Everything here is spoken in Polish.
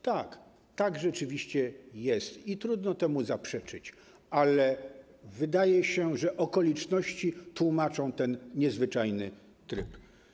Tak, tak rzeczywiście jest i trudno temu zaprzeczyć, ale wydaje się, że okoliczności tłumaczą ten niezwyczajny tryb.